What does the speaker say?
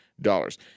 dollars